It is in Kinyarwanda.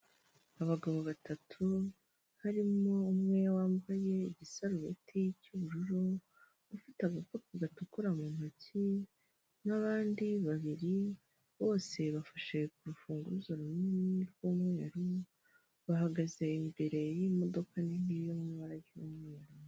Abagabo batatu, harimo umwe wambaye igisaruBeti cy'ubururu ufite agafupu gatukura mu ntoki, n'abandi babiri bose bafashe rufunguzo runini rw'umweru mu bahagaze imbere y'imodoka nini yo mu ibara ry'umeru.